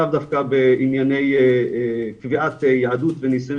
לאו דווקא בענייני קביעת יהדות ונישואין